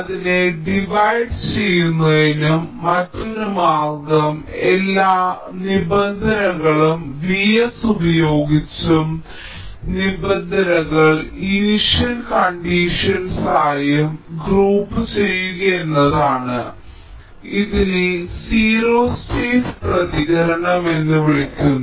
അതിനെ ഡിവൈഡ് ചെയ്യുന്നതിനുള്ള മറ്റൊരു മാർഗ്ഗം എല്ലാ നിബന്ധനകളും Vs ഉപയോഗിച്ചും നിബന്ധനകൾ ഇനിഷ്യൽ കണ്ടിഷൻസ് ആയും ഗ്രൂപ്പുചെയ്യുക എന്നതാണ് ഇതിനെ സീറോ സ്റ്റേറ്റ് പ്രതികരണം എന്ന് വിളിക്കുന്നു